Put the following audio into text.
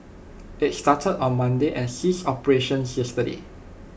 IT started on Monday and ceased operations yesterday